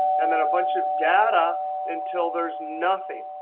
and then a bunch of data until there's nothing.